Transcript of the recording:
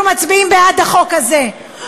אנחנו מצביעים בעד החוק הזה,